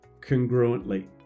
congruently